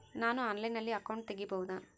ನಾನು ಆನ್ಲೈನಲ್ಲಿ ಅಕೌಂಟ್ ತೆಗಿಬಹುದಾ?